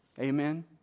Amen